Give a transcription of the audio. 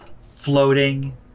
floating